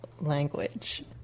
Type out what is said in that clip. language